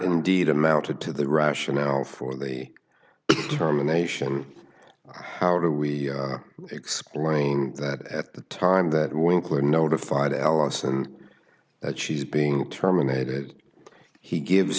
indeed amounted to the rationale for the determination how do we explain that at the time that winkler notified allison that she's being terminated he gives